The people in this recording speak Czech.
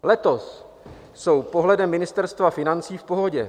Letos jsou pohledem Ministerstva financí v pohodě.